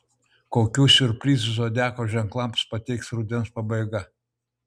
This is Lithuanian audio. kokių siurprizų zodiako ženklams pateiks rudens pabaiga